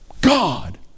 God